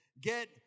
Get